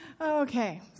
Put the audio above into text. Okay